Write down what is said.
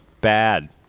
Bad